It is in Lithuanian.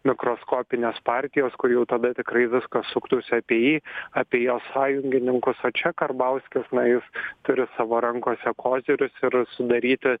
mikroskopinės partijos kur jau tada tikrai viskas suktųsi apie jį apie jo sąjungininkus o čia karbauskis na jis turiu savo rankose kozirius ir sudaryti